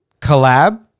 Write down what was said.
collab